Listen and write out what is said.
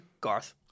Garth